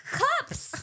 cups